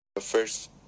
first